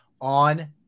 on